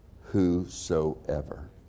whosoever